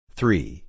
Three